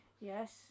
yes